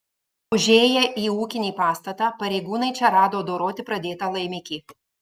užėję į ūkinį pastatą pareigūnai čia rado doroti pradėtą laimikį